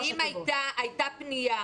הייתה פנייה